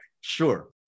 sure